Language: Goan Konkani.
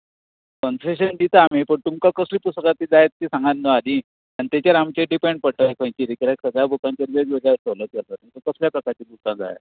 कनसेशन दिता आमी पूण तुमकां कसलीं पुस्तकां जाय तीं सांगात न्हू आदीं आनी ताचेर आमचे डिपॅन्ड पडटलें कितें तें कित्याक सगळ्या बुकांचेर तुमकां कसल्या प्रकारचीं बुकां जाय